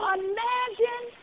imagine